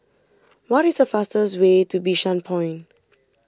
what is the fastest way to Bishan Point